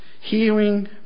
hearing